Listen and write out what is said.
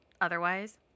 otherwise